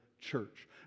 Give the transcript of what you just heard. church